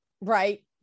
Right